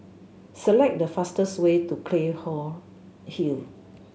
select the fastest way to Hill